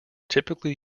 typically